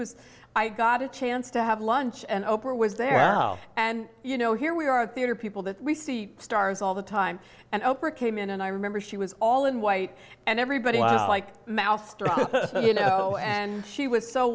was i got a chance to have lunch and oprah was there and you know here we are theater people that we see stars all the time and oprah came in and i remember she was all in white and everybody was like mousetraps you know and she was so